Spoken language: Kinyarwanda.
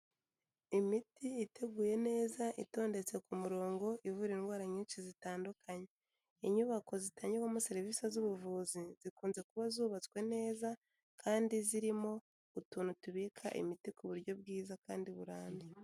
Imiti iteguye neza, itondetse ku murongo, ivura indwara nyinshi zitandukanye. Inyubako zitangirwamo serivise z'ubuvuzi, zikunze kuba zubatswe neza kandi zirimo utuntu tubika imiti ku buryo bwiza kandi burambye.